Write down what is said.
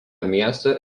miesto